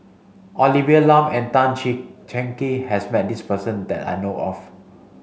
Olivia Lum and Tan Cheng Kee has met this person that I know of